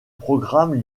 programmes